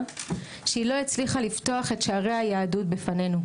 שהיא לא הצליחה לפתוח את שערי היהדות בפנינו.